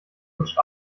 putscht